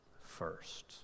first